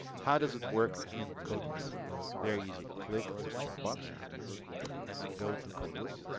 how does it work in codeless? well, very easy. click this checkbox and then go to codeless,